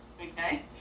Okay